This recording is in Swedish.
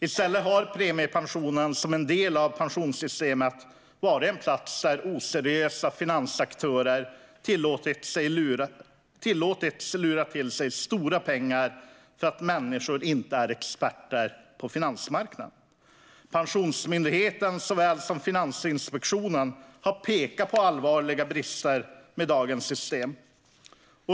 I stället har premiepensionen, som är en del av pensionssystemet, varit en plats där oseriösa finansaktörer har tillåtits lura till sig stora pengar för att människor inte är experter på finansmarknaden. Pensionsmyndigheten såväl som Finansinspektionen har pekat på allvarliga brister med dagens system.